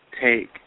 take